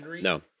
No